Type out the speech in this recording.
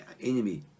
enemy